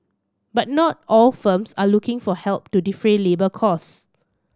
but not all firms are looking for help to defray labour costs